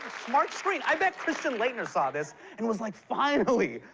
smart screen. i bet christian laettner saw this and was like, finally!